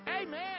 Amen